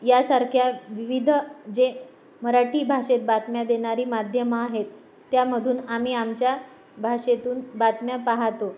यांसारख्या विविध जे मराठी भाषेत बातम्या देणारी माध्यमं आहेत त्यामधून आम्ही आमच्या भाषेतून बातम्या पाहतो